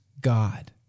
God